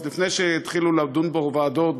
אז לפני שיתחילו לדון בוועדות,